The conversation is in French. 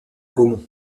gaumont